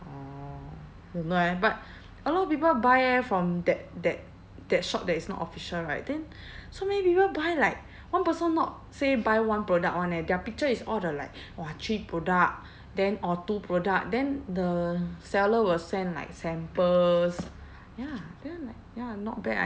orh don't know eh but a lot of people buy eh from that that that shop that is not official right then so many people buy like one person not say buy one product [one] eh their picture is all the like !wah! three product then or two product then the seller will send like samples ya then I'm like ya not bad I